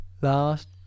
last